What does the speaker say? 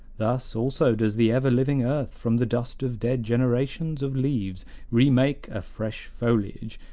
thus also does the ever-living earth from the dust of dead generations of leaves re-make a fresh foliage,